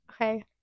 Okay